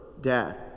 dad